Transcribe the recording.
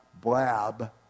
blab